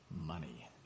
money